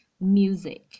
music